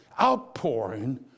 outpouring